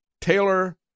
Taylor